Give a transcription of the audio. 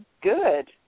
good